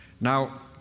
Now